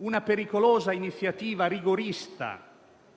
una pericolosa iniziativa rigorista,